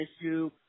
issue